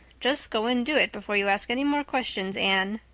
just go and do it before you ask any more questions, anne.